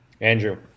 Andrew